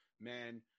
man